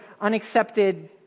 unaccepted